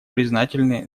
признательны